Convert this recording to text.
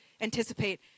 anticipate